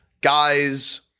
guys